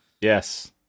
Yes